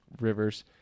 rivers